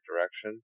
direction